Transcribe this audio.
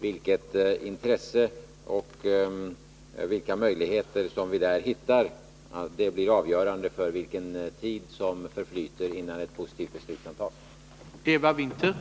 Vilket intresse och vilka möjligheter som vi därvid kan hitta blir avgörande för vilken tid som förflyter innan ett positivt beslut kan fattas.